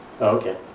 Okay